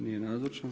Nije nazočan.